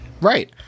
right